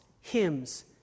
hymns